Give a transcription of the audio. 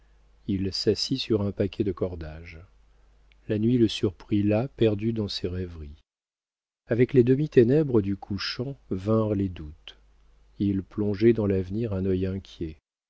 il s'assit sur un paquet de cordages la nuit le surprit là perdu dans ses rêveries avec les demi-ténèbres du couchant vinrent les doutes il plongeait dans l'avenir un œil inquiet